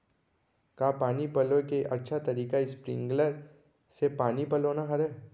का पानी पलोय के अच्छा तरीका स्प्रिंगकलर से पानी पलोना हरय?